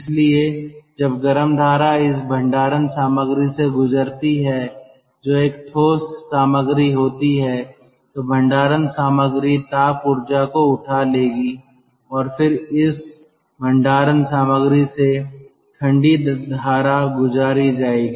इसलिए जब गर्म धारा इस भंडारण सामग्री से गुजरती है जो एक ठोस सामग्री होती है तो भंडारण सामग्री ताप ऊर्जा को उठा लेगी और फिर उस भंडारण सामग्री से ठंडी धारा गुजारी जाएगी